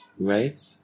Right